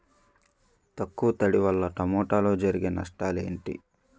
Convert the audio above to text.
తక్కువ తడి వల్ల టమోటాలో జరిగే నష్టాలేంటి?